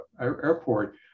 airport